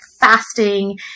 fasting